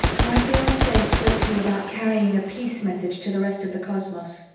my fiance spoke to you about carrying a peace message to the rest of the cosmos,